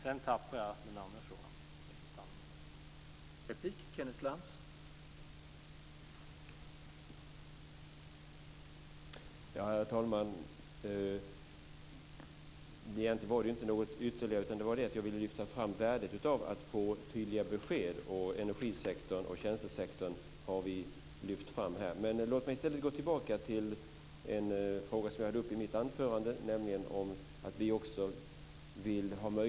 Sedan tappade jag den andra frågan. Jag stannar därför här.